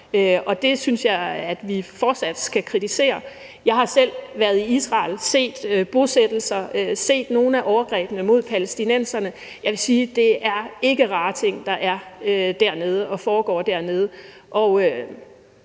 og det synes jeg at vi fortsat skal kritisere. Jeg har selv været i Israel og set bosættelser og set nogle af overgrebene mod palæstinenserne, og jeg vil sige, at det ikke er rare ting, der foregår dernede.